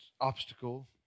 obstacle